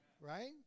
Right